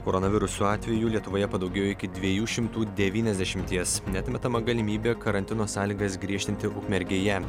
koronaviruso atvejų lietuvoje padaugėjo iki dviejų šimtų devyniasdešimties neatmetama galimybė karantino sąlygas griežtinti ukmergėje